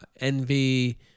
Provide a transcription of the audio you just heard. Envy